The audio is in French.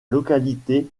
localité